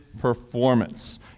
performance